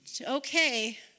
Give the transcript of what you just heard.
okay